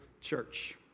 church